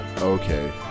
Okay